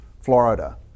Florida